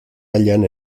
hallan